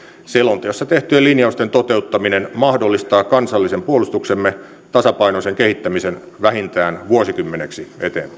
selonteossa tehtyjen linjausten toteuttaminen mahdollistaa kansallisen puolustuksemme tasapainoisen kehittämisen vähintään vuosikymmeneksi eteenpäin